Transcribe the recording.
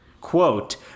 quote